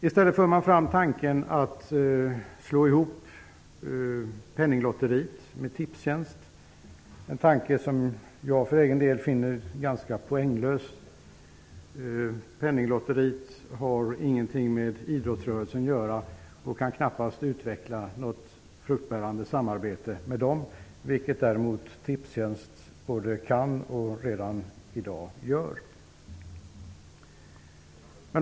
I stället för man fram tanken att slå ihop Penninglotteriet med Tipstjänst, en tanke som jag för egen del finner ganska poänglös. Penninglotteriet har ingenting med idrottsrörelsen att göra och kan knappast utveckla något fruktbärande samarbete med den, vilket däremot Tipstjänst både kan och redan i dag gör.